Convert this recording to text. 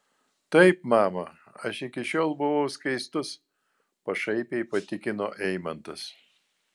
taip mama aš iki šiol buvau skaistus pašaipiai patikino eimantas